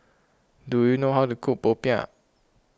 do you know how to cook Popiah